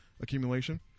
accumulation